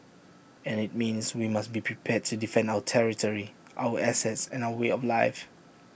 and IT means we must be prepared to defend our territory our assets and our way of life